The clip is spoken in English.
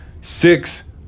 Six